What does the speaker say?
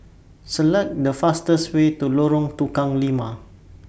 Select The fastest Way to Lorong Tukang Lima